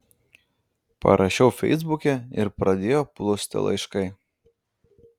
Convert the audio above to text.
parašiau feisbuke ir pradėjo plūsti laiškai